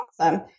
awesome